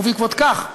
ובעקבות כך,